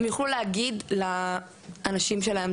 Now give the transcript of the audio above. הם יוכלו להגיד לאנשים שלהם,